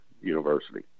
University